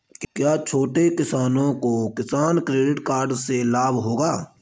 क्या छोटे किसानों को किसान क्रेडिट कार्ड से लाभ होगा?